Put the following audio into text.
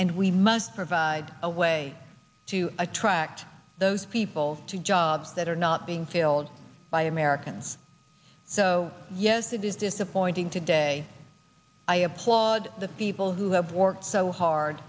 and we must provide a way to attract those people two jobs that are not being filled by americans so yes to this disappointing today i applaud the feeble who have worked so hard